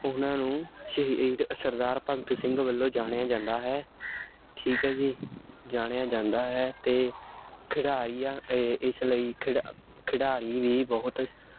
ਉਹਨਾਂ ਨੂੰ ਸ਼ਹੀਦ ਸਰਦਾਰ ਭਗਤ ਸਿੰਘ ਵੱਲੋਂ ਜਾਣਿਆ ਜਾਂਦਾ ਹੈ ਠੀਕ ਹੈ ਜੀ ਜਾਣਿਆ ਜਾਂਦਾ ਹੈ ਅਤੇ ਖਿਡਾਰੀਆਂ ਏ ਇਸ ਲਈ ਖਿਡਾ ਖਿਡਾਰੀ ਵੀ ਬਹੁਤ